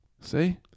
See